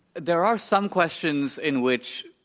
there are some questions in which